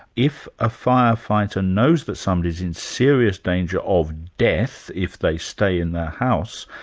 if a firefighter knows that somebody's in serious danger of death if they stay in their house,